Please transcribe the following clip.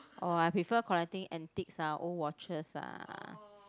oh I prefer antiques ah old watches ah